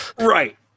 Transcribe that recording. right